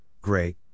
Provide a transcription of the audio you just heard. great